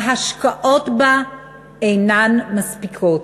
ההשקעות בה אינן מספיקות.